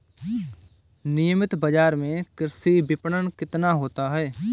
नियमित बाज़ार में कृषि विपणन कितना होता है?